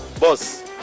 Boss